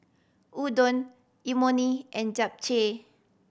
Udon Imoni and Japchae